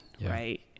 Right